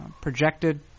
projected